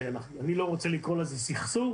כי אני לא רוצה לקרוא לזה סכסוך.